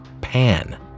Pan